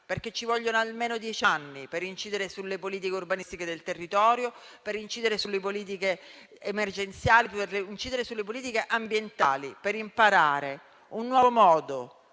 perché ci vogliono almeno dieci anni per incidere sulle politiche urbanistiche del territorio, sulle politiche emergenziali, sulle politiche ambientali, per imparare un nuovo modo